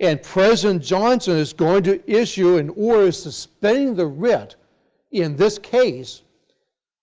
and president johnson is going to issue an order suspending the writ in this case